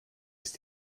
ist